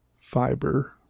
Fiber